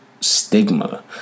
stigma